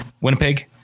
Winnipeg